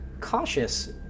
cautious